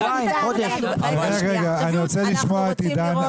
אני רוצה לשמוע את עידן.